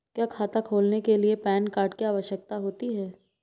क्या खाता खोलने के लिए पैन कार्ड की आवश्यकता होती है?